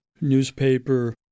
newspaper